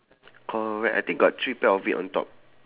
correct I think got three pair of it on top